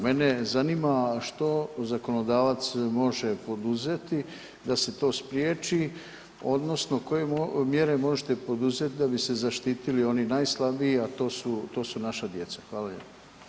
Mene zanima što zakonodavac može poduzeti da se to spriječi odnosno koje mjere možete poduzeti da bi se zaštitili oni najslabiji, a to su naša djeca.